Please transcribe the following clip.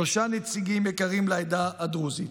שלושה נציגים יקרים לעדה הדרוזית.